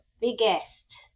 biggest